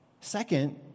Second